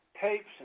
tapes